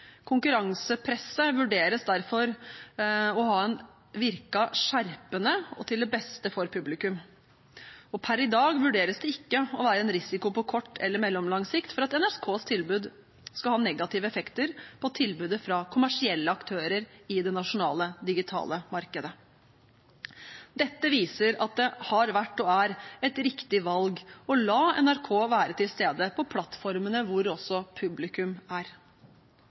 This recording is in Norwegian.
Konkurransepresset vurderes derfor å ha virket skjerpende og til det beste for publikum. Per i dag vurderes det ikke å være en risiko på kort eller mellomlang sikt for at NRKs tilbud skal ha negative effekter på tilbudet fra kommersielle aktører i det nasjonale digitale markedet. Dette viser at det har vært, og er, et riktig valg å la NRK være til stede på plattformene hvor også publikum er.